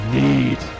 need